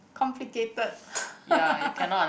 complicated